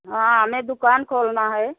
हाँ हमें दुकान खोलना है